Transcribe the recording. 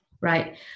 Right